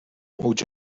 اوج